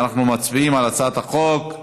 אנחנו מצביעים על הצעת החוק.